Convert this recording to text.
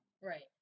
Right